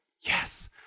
yes